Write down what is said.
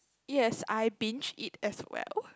yes I binge eat as well